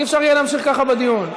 לא יהיה אפשר להמשיך ככה בדיון.